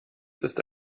ist